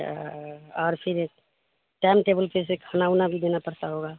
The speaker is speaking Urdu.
اور پھر ٹائم ٹیبل پہ سے کھانا ونا بھی دینا پڑتا ہوگا